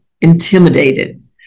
intimidated